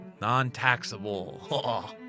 Non-taxable